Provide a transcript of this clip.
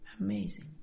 amazing